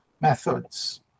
methods